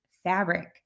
Fabric